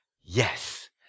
Yes